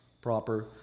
proper